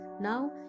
Now